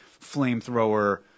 flamethrower